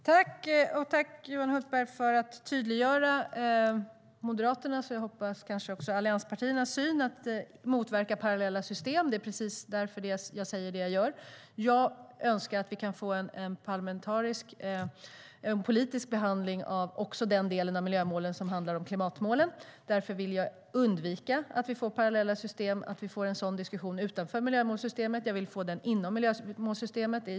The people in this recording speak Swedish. Herr talman! Jag vill tacka Johan Hultberg för tydliggörandet av Moderaternas och, hoppas jag, övriga allianspartiers syn att vi ska motverka att få parallella system. Det är därför jag säger det jag säger. Jag hoppas att vi kan få en parlamentarisk, politisk, behandling också av de delar av miljömålen som gäller klimatmålen. Därför vill jag undvika att vi får parallella system, att vi får en sådan diskussion utanför miljömålssystemet. Jag vill få den inom miljömålssystemet.